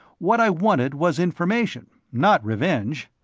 what i wanted was information, not revenge.